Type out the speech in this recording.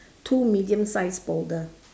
two medium sized boulder